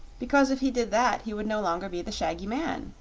because if he did that he would no longer be the shaggy man,